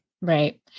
Right